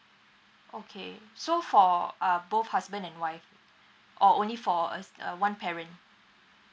okay so for uh both husband and wife or only for us uh one parent